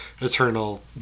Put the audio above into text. eternal